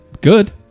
good